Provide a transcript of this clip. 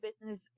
business